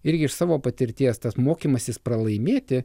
irgi iš savo patirties tas mokymasis pralaimėti